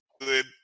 good